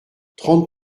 trente